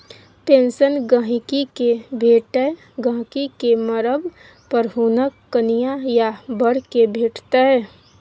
pension गहिंकी केँ भेटतै गहिंकी केँ मरब पर हुनक कनियाँ या बर केँ भेटतै